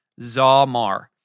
Zamar